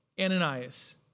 Ananias